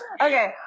Okay